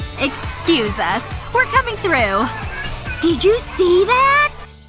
excuse us. we're coming through did you see that!